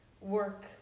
work